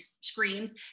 screams